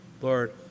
Lord